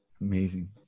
amazing